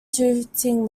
tooting